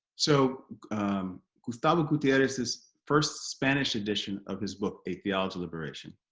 so um gustavo gutierrez's first spanish edition of his book a theology liberation